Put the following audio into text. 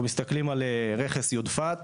אנחנו מסתכלים על רכס יודפת.